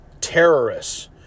terrorists